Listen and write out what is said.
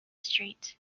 street